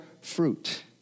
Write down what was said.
fruit